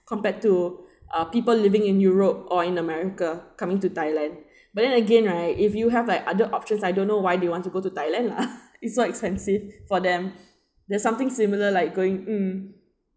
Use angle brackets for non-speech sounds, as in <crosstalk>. compared to (uh people living in europe or in america coming to thailand <breath> but then again right if you have like other options I don't know why they want to go to thailand lah it's so expensive for them there's something similar like going mm